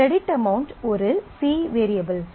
credit amount ஒரு C variable